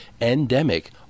endemic